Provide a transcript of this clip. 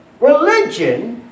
Religion